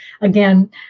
again